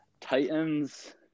Titans